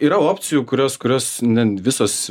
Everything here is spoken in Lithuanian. yra opcijų kurios kurios ne visos